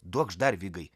duokš dar vigai